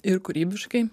ir kūrybiškai